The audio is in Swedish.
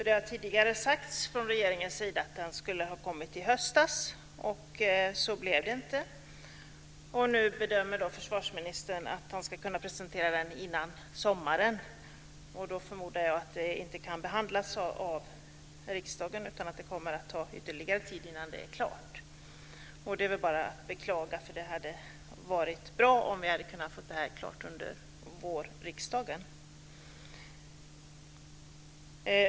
Det har tidigare sagts från regeringens sida att den skulle ha kommit i höstas. Så blev det inte. Nu bedömer försvarsministern att han ska kunna presentera den innan sommaren. Då förmodar jag att den inte kan behandlas av riksdagen utan att det kommer att ta ytterligare tid innan det är klart. Det är bara att beklaga. Det hade varit bra om vi hade kunna få detta klart under vårriksdagen.